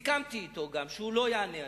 סיכמתי אתו גם שהוא לא יענה היום,